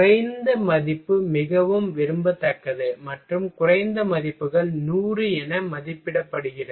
குறைந்த மதிப்பு மிகவும் விரும்பத்தக்கது மற்றும் குறைந்த மதிப்புகள் 100 என மதிப்பிடப்படுகிறது